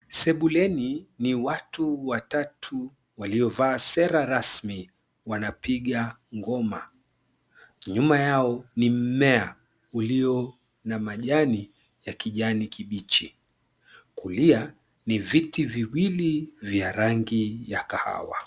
Sebuleni ni watu watatu waliovaa sera rasmi w wanapiga ngoma, nyuma yao ni mmea uliyo na majani ya kijani kibichi, kulia ni viti viwili vya rangi ya kahawa.